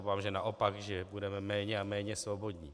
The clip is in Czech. Obávám se, že naopak, že budeme méně a méně svobodní.